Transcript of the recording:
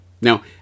Now